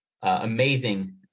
amazing